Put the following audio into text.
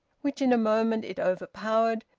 which in a moment it overpowered,